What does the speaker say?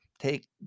take